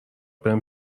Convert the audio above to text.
بریم